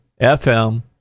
FM